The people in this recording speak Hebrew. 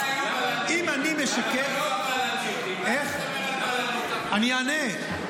אם אני משקר ------ אני אענה.